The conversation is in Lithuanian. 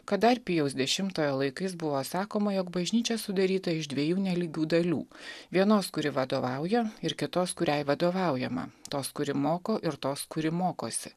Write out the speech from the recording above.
kad dar pijaus dešimtojo laikais buvo sakoma jog bažnyčia sudaryta iš dviejų nelygių dalių vienos kuri vadovauja ir kitos kuriai vadovaujama tos kuri moko ir tos kuri mokosi